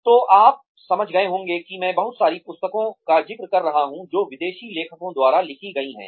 तो आप समझ गए होंगे कि मैं बहुत सारी पुस्तकों का जिक्र कर रहा हूँ जो विदेशी लेखकों द्वारा लिखी गई हैं